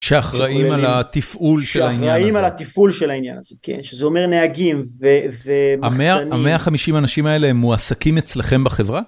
שאחראים על התפעול של העניין הזה. שאחראים על התפעול של העניין הזה, כן. שזה אומר נהגים ומחסנים. המאה החמישים האנשים האלה מועסקים אצלכם בחברה?